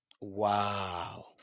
Wow